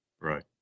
Right